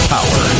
Power